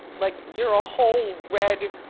like you're a whole red